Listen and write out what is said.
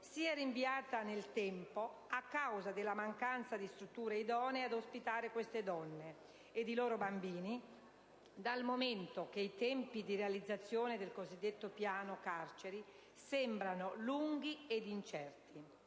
sia rinviata nel tempo a causa della mancanza di strutture idonee ad ospitare queste donne ed i loro bambini, dal momento che i tempi di realizzazione del cosiddetto piano carceri sembrano lunghi e incerti.